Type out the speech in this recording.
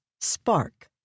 spark